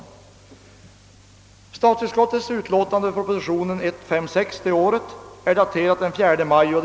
Statsutskottets utlåtande över nämnda proposition nr 156 är daterat den 4 maj 1909.